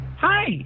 Hi